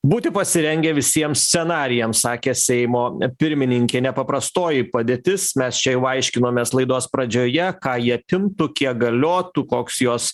būti pasirengę visiems scenarijams sakė seimo pirmininkė nepaprastoji padėtis mes čia jau aiškinomės laidos pradžioje ką ji apimtų kiek galiotų koks jos